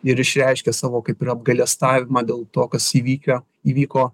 ir išreiškia savo kaip ir apgailestavimą dėl to kas įvykio įvyko